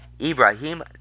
Ibrahim